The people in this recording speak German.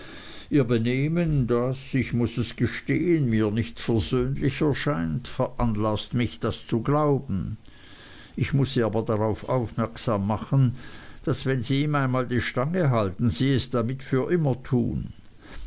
benehmen das ich muß es gestehen mir nicht versöhnlich erscheint veranlaßt mich das zu glauben ich muß sie aber darauf aufmerksam machen daß wenn sie ihm einmal die stange halten sie es damit für immer tun